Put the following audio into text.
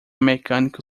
mecânico